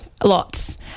Lots